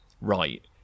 right